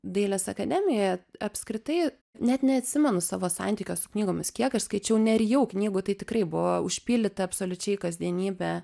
dailės akademijoje apskritai net neatsimenu savo santykio su knygomis kiek aš skaičiau nerijau knygų tai tikrai buvo užpildyta absoliučiai kasdienybė